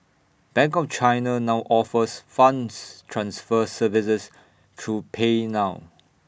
bank of China now offers funds transfer services through PayNow